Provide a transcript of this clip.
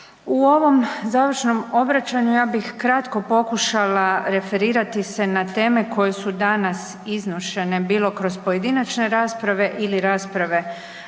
U ovom završnom obraćanju ja bih kratko pokušala referirati se na teme koje su danas iznošene bilo kroz pojedinačne rasprave ili rasprave